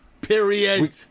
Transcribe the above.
Period